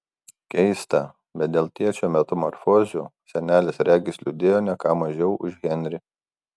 keista bet dėl tėčio metamorfozių senelis regis liūdėjo ne ką mažiau už henrį